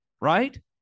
right